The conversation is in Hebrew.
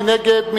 מי נגד?